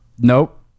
nope